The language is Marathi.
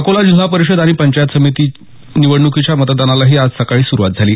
अकोला जिल्हा परिषद आणि पंचायत समिती निवडणुकीच्या मतदानालाही आज सकाळी सुरूवात झाली